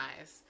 eyes